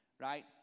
right